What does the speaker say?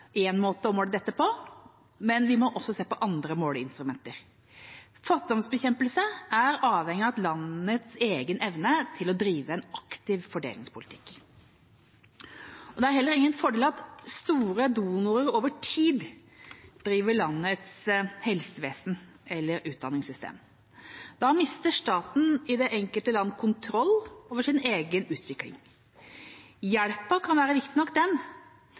måte å måle dette på, men vi må også se på andre måleinstrumenter. Fattigdomsbekjempelse er avhengig av landets egen evne til å drive en aktiv fordelingspolitikk. Det er heller ingen fordel at store donorer over tid driver landets helsevesen eller utdanningssystem. Da mister staten i det enkelte land kontroll over sin egen utvikling. Hjelpen kan være viktig nok, men den